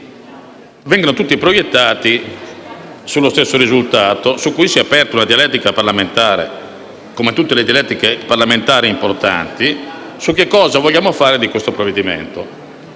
2, che vengono tutti proiettati verso lo stesso risultato, su cui si è aperta una dialettica parlamentare che, come tutte le dialettiche parlamentari importanti, verte su cosa vogliamo fare di questo provvedimento.